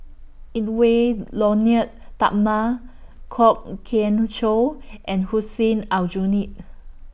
Edwy Lyonet Talma Kwok Kian Chow and Hussein Aljunied